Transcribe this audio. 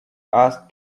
asked